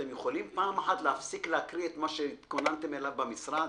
אתם יכולים פעם אחת להפסיק להקריא את מה שהתכוננתם אליו במשרד?